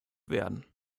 werden